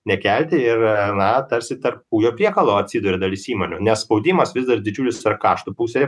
nekelti ir na tarsi tarp kūjo priekalo atsiduria dalis įmonių nes spaudimas vis dar didžiulis yra karštų pusėj